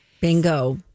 Bingo